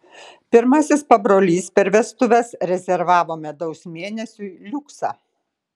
pirmasis pabrolys per vestuves rezervavo medaus mėnesiui liuksą